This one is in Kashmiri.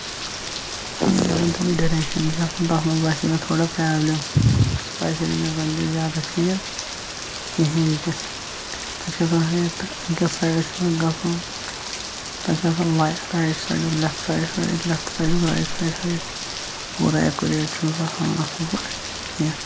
تمہِ ڈَریکشن چھِ آسان تَتھ منٛز باسے مےٚ تھوڑا پروبلِم سُہ باسے نہٕ مےٚ زیادٕ ٹھیٖک کِہیٖنۍ تہِ تَتھ چھُ آسان ہٲیِتھ تہٕ اَکہِ سایڈٕ چھُ آسان گژھُن تَتھ چھِ آسان رایِٹ سایڈُک لیفٹ سایڈٕ ہٲیِتھ لیفٹ سایڈُک رایِٹ سایڈٕ ہٲیِتھ پوٗرٕ ایکوٗریٹ چھُنہٕ سُہ ہاوان اَصٕل پٲٹھۍ کیٚںہہ